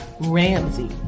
Ramsey